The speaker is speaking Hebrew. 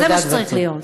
זה מה שצריך להיות.